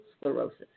sclerosis